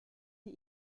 die